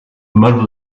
mud